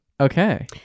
okay